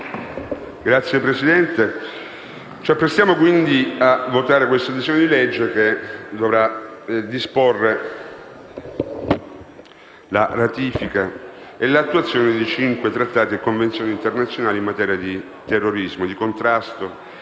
Signor Presidente, ci apprestiamo a votare il disegno di legge in esame che dovrà disporre la ratifica e l'attuazione di cinque trattati e convenzioni internazionali in materia di terrorismo, di contrasto